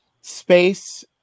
space